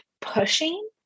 pushing